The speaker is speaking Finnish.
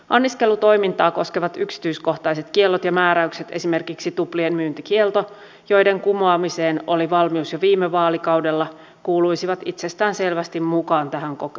anniskelutoimintaa koskevat yksityiskohtaiset kiellot ja määräykset esimerkiksi tuplien myyntikielto joiden kumoamiseen oli valmius jo viime vaalikaudella kuuluisivat itsestään selvästi mukaan tähän kokonaisuuteen